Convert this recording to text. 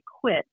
quit